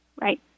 Right